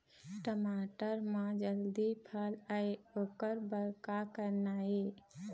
टमाटर म जल्दी फल आय ओकर बर का करना ये?